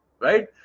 right